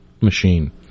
machine